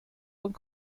und